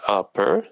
upper